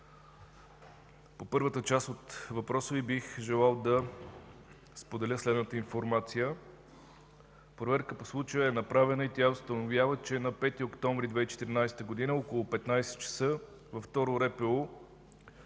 по първата част от въпроса Ви бих желал да споделя следната информация. Проверка по случая е направена и тя установява, че на 5 октомври 2014 г. около 15,00 ч. във Второ РПУ